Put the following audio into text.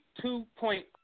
two-point